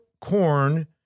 corn